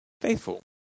Faithful